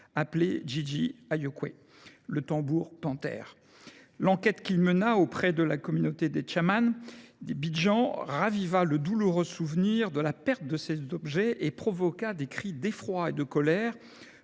appelé Jiji Ayokwe, le tambour panthère. L'enquête qu'il mena auprès de la communauté des Tchamans des Bijans raviva le douloureux souvenir de la perte de ces objets et provoqua des cris d'effroi et de colère